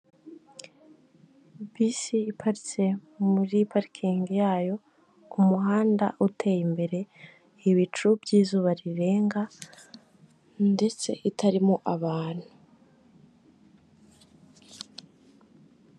Bisi iparitse muri parikingi yayo, ku muhanda uteye imbere, ibicu by'izuba rirenga ndetse itarimo abantu.